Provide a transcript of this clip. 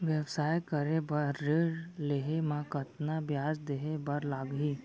व्यवसाय करे बर ऋण लेहे म कतना ब्याज देहे बर लागही?